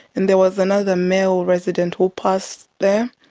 and there was another male resident who passed there.